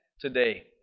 today